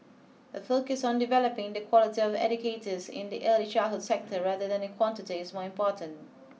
a focus on developing the quality of educators in the early childhood sector rather than quantity is more important